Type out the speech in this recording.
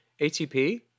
ATP